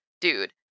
Dude